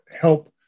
help